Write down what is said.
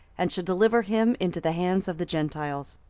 and shall deliver him into the hands of the gentiles.